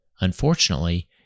Unfortunately